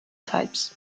types